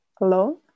alone